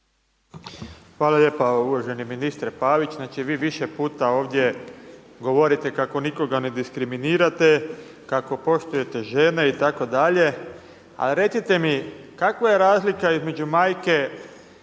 Hvala lijepa. Uvaženi ministre Pavić, znači vi više puta ovdje govorite kako nikoga ne diskriminirate, kako poštujete žene itd., a recite mi kakva je razlika između majke